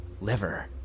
liver